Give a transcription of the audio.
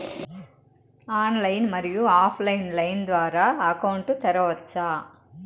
Online, మరియు offline line ద్వారా account తెరవచ్చా?